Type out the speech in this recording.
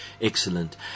excellent